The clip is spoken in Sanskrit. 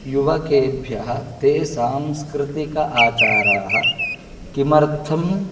युवकेभ्यः ते सांस्कृतिकाः आचाराः किमर्थम्